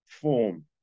form